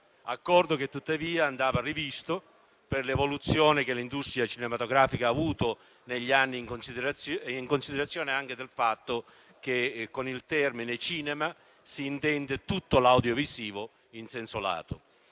Accordo che tuttavia andava rivisto per l'evoluzione che l'industria cinematografica ha avuto negli anni e in considerazione anche del fatto che, con il termine cinema, si intende tutto l'audiovisivo in senso lato.